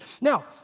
Now